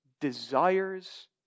desires